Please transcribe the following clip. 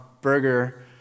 Burger